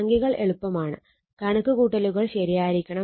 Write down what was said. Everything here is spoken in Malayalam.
സംഖ്യകൾ എളുപ്പമാണ് കണക്കുകൂട്ടലുകൾ ശരിയായിരിക്കണം